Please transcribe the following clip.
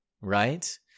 right